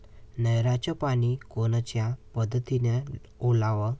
नयराचं पानी कोनच्या पद्धतीनं ओलाव?